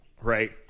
right